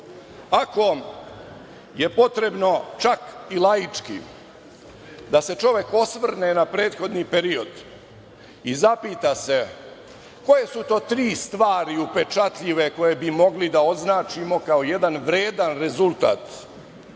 je potrebno čak i laički da se čovek osvrne na prethodni period i zapita se koje su to tri stvari upečatljive koje bi mogli da označimo kao jedan vredan rezultat